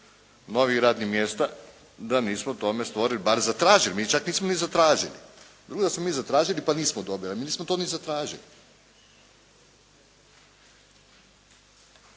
novih radnih mjesta, da nismo tome stvoru bar zatražili, mi čak nismo ni zatražili. Drugo je da smo mi zatražili pa nismo dobili, ali mi nismo to ni zatražili.